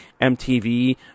mtv